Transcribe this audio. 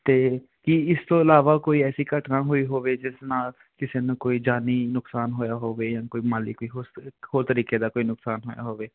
ਅਤੇ ਕੀ ਇਸ ਤੋਂ ਇਲਾਵਾ ਕੋਈ ਐਸੀ ਘਟਨਾ ਹੋਈ ਹੋਵੇ ਜਿਸ ਨਾਲ ਕਿਸੇ ਨੂੰ ਕੋਈ ਜਾਨੀ ਨੁਕਸਾਨ ਹੋਇਆ ਹੋਵੇ ਜਾਂ ਕੋਈ ਮਾਲੀ ਕੋਈ ਹੋ ਸਕੇ ਹੋਰ ਤਰੀਕੇ ਦਾ ਕੋਈ ਨੁਕਸਾਨ ਆਇਆ ਹੋਵੇ